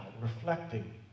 reflecting